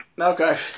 Okay